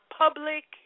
public